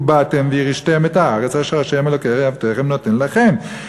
ובאתם וירשתם את הארץ אשר ה' אלהי אבותיכם נֹתן לכם".